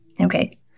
Okay